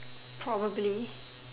probably